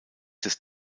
des